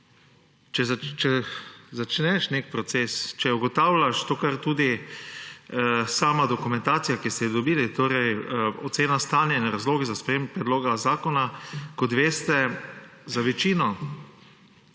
Če začneš nek proces, če ugotavljaš to, kar tudi sama dokumentacija, ki ste jo dobili, torej ocena stanja in razlogi za sprejem predloga zakona, kot veste, za večino,